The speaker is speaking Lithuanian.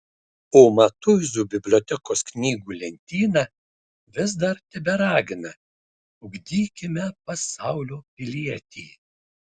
o matuizų bibliotekos knygų lentyna vis dar teberagina ugdykime pasaulio pilietį